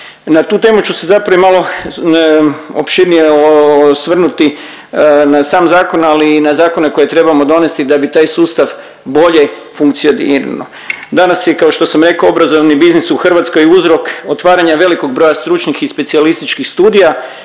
Na tu temu ću se zapravo i malo opširnije osvrnuti na sam zakon, ali i na zakone koje trebamo donesti da bi taj sustav bolje funkcionirao. Danas je kao što sam rekao obrazovni biznis u Hrvatskoj uzrok otvaranja velikog broja stručnih i specijalističkih studija